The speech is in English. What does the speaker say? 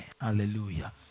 hallelujah